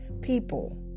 people